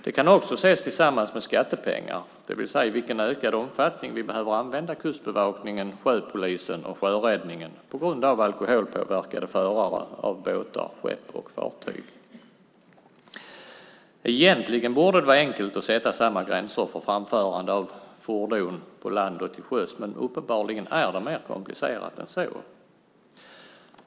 Det kan också ses tillsammans med skattepengar, det vill säga i vilken ökad omfattning som vi behöver använda Kustbevakningen, sjöpolisen och sjöräddningen på grund av alkoholpåverkade förare av båtar, skepp och fartyg. Egentligen borde det vara enkelt att sätta samma gränser för framförande av fordon på land och till sjöss, men uppenbarligen är det mer komplicerat än så.